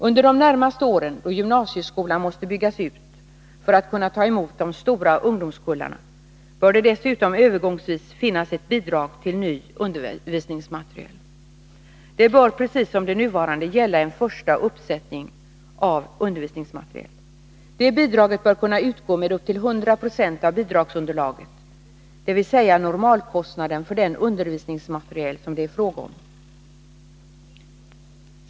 Under de närmaste åren, då gymnasieskolan måste byggas ut för att kunna ta emot de stora ungdomskullarna, bör det dessutom övergångsvis finnas ett bidrag till ny undervisningsmateriel. Det bör precis som det nuvarande gälla en första uppsättning av undervisningsmateriel. Det bidraget bör kunna utgå med upp till 100 26 av bidragsunderlaget, dvs. normalkostnaden för den undervisningsmateriel det är fråga om.